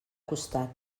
costat